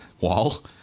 wall